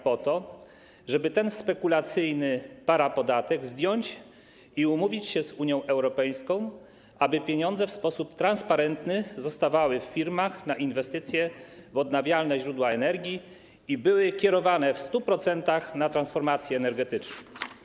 Chodzi o to, żeby ten spekulacyjny parapodatek zdjąć i umówić się z Unią Europejską, aby pieniądze w sposób transparentny zostawały w firmach na inwestycje w odnawialne źródła energii i były kierowane w 100% na transformację energetyczną.